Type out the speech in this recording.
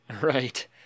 Right